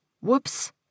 Whoops